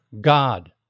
God